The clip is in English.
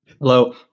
Hello